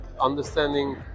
understanding